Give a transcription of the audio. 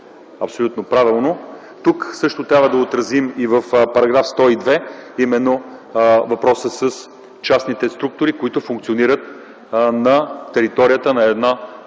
Абсолютно правилно. Тук също трябва да отразим, в § 102, въпроса с частните структури, които функционират на територията на една